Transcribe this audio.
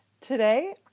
Today